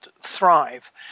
thrive